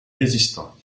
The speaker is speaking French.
résistant